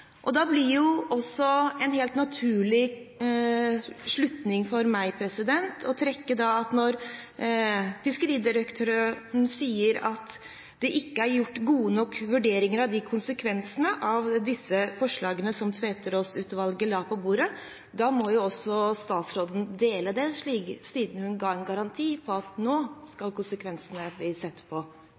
Da blir også en helt naturlig slutning for meg å trekke at når fiskeridirektøren sier at det ikke er gjort gode nok vurderinger av konsekvensene av de forslagene som Tveterås-utvalget la på bordet, må også statsråden dele det, siden hun ga en garanti om å se bedre på konsekvensene. Fiskeridirektoratet har gitt et veldig grundig høringssvar til Tveterås-utvalget. Det setter jeg stor pris på,